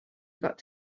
got